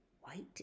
white